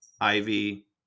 Ivy